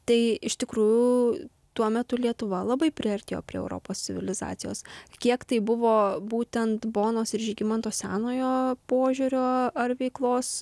tai iš tikrųjų tuo metu lietuva labai priartėjo prie europos civilizacijos kiek tai buvo būtent bonos ir žygimanto senojo požiūrio ar veiklos